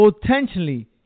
potentially